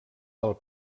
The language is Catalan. del